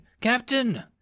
Captain